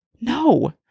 No